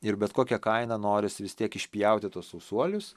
ir bet kokia kaina norisi vis tiek išpjauti tuos sausuolius